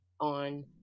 on